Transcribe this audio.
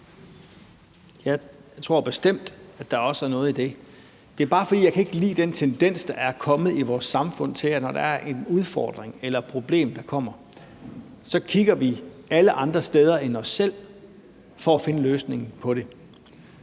Jeg tror bestemt, at der også er noget i det. Det er bare, fordi jeg ikke kan lide den tendens, der er kommet i vores samfund, til, at når der er en udfordring eller der kommer et problem, kigger vi alle andre steder end på os selv for at finde løsningen på det.